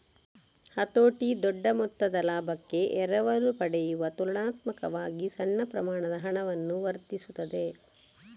ಹತೋಟಿ ದೊಡ್ಡ ಮೊತ್ತದ ಲಾಭಕ್ಕೆ ಎರವಲು ಪಡೆಯುವ ತುಲನಾತ್ಮಕವಾಗಿ ಸಣ್ಣ ಪ್ರಮಾಣದ ಹಣವನ್ನು ವರ್ಧಿಸುತ್ತದೆ